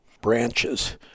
branches